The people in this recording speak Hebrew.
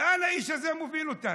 לאן האיש הזה מוביל אותנו?